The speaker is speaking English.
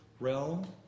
realm